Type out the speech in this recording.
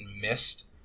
missed